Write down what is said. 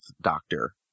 Doctor